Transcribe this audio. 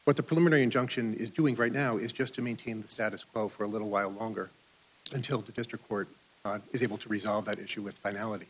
what the preliminary injunction is doing right now is just to maintain the status quo for a little while longer until the district court is able to resolve that issue with finality